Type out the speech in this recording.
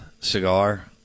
cigar